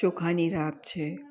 ચોખાની રાબ છે